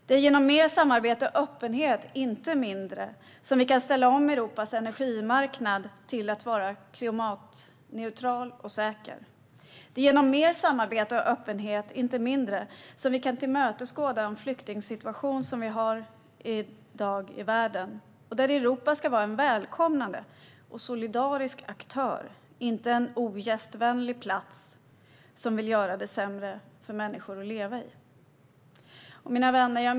Det är genom mer samarbete och öppenhet, inte mindre, som vi kan ställa om Europas energimarknad till att vara klimatneutral och säker. Det är genom mer samarbete och öppenhet, inte mindre, som vi kan möta flyktingsituationen i världen i dag. Europa ska vara en välkomnande och solidarisk aktör, inte en ogästvänlig plats där man vill göra det sämre för människor att leva. Mina vänner!